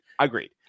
Agreed